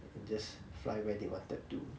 and just fly where they wanted to